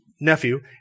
nephew